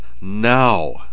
now